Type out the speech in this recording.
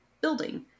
building